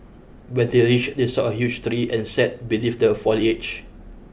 when they reached they saw a huge tree and sat beneath the foliage